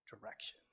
direction